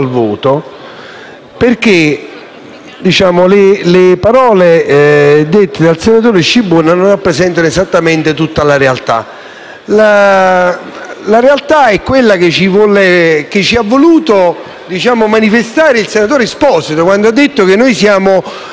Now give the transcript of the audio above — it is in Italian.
le parole pronunciate dal senatore Scibona non rappresentano esattamente tutta la realtà. La realtà è quella che ci ha voluto manifestare il senatore Stefano Esposito, quando ha detto che noi siamo a favore della *lobby* della gomma.